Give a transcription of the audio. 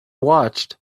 watched